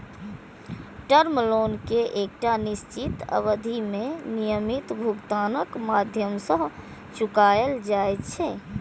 term loan कें एकटा निश्चित अवधि मे नियमित भुगतानक माध्यम सं चुकाएल जाइ छै